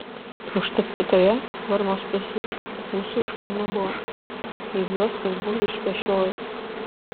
užtat kitoje burnos pusėje ūsų visai nebuvo lyg juos kas būtų išpešiojęs